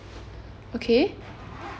okay